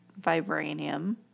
vibranium